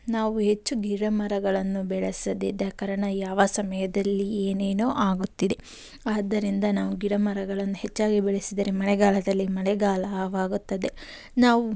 ನಾವು ಹೆಚ್ಚು ಗಿಡ ಮರಗಳನ್ನು ಬೆಳೆಸದಿದ್ದ ಕಾರಣ ಯಾವ ಸಮಯದಲ್ಲಿ ಏನೇನೋ ಆಗುತ್ತಿದೆ ಆದ್ದರಿಂದ ನಾವು ಗಿಡ ಮರಗಳನ್ನ ಹೆಚ್ಚಾಗಿ ಬೆಳೆಸಿದರೆ ಮಳೆಗಾಲದಲ್ಲಿ ಮಳೆಗಾಲವಾಗುತ್ತದೆ ನಾವು